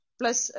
plus